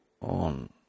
on